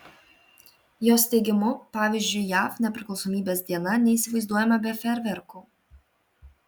jos teigimu pavyzdžiui jav nepriklausomybės diena neįsivaizduojama be fejerverkų